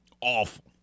Awful